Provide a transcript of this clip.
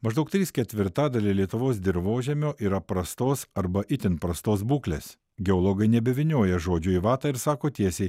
maždaug trys ketvirtadaliai lietuvos dirvožemio yra prastos arba itin prastos būklės geologai nebevynioja žodžių į vatą ir sako tiesiai